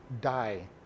die